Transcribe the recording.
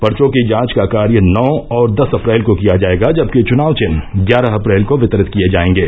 पर्चो की जांच का कार्य नौ और दस अप्रैल को किया जाएगा जबकि चुनाव चिन्ह ग्यारह अप्रैल को वितरित किये जायेंगे